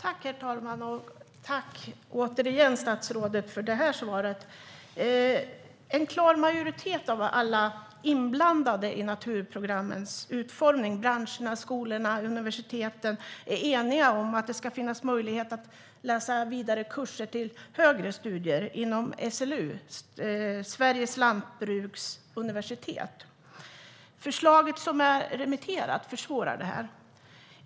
Herr talman! Jag tackar statsrådet för svaret. En klar majoritet av alla inblandade i naturprogrammens utformning, branscherna, skolorna och universiteten, är enig om att det ska finnas möjlighet att läsa vidare och ta kurser i högre studier inom SLU, Sveriges lantbruksuniversitet. Det remitterade förslaget försvårar detta.